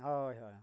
ᱦᱳᱭ ᱦᱳᱭ